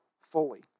fully